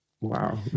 wow